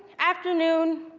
afternoon,